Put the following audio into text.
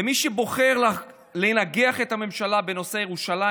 ומי שבוחר לנגח את הממשלה בנושא ירושלים,